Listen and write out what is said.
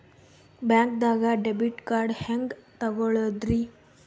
ಬ್ಯಾಂಕ್ದಾಗ debit card ಹೆಂಗ್ ತಗೊಳದ್ರಿ?